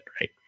right